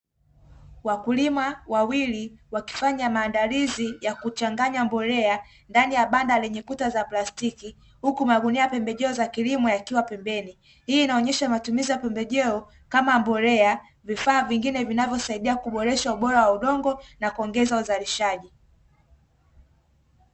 Wakulima wawili wakifanya maandalizi ya kuchanganya mbolea ndani ya banda lenye kuta za plastiki, huku magunia ya pembejeo za kilimo yakiwa pembeni. Hii inaonyesha matumizi ya pembejeo kama mbolea, vifaa vingine vinavyosaidia kuboresha ubora wa udongo na kuongeza uzalishaji.